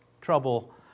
trouble